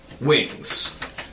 wings